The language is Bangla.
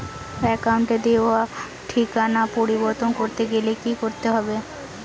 অ্যাকাউন্টে দেওয়া ঠিকানা পরিবর্তন করতে গেলে কি করতে হবে?